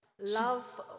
love